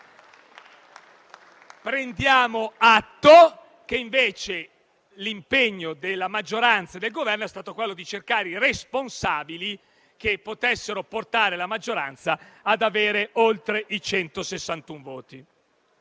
Prendiamo atto che, invece, l'impegno della maggioranza e del Governo è stato quello di cercare dei responsabili, che potessero portare la maggioranza ad avere oltre 161 voti.